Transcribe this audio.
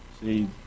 See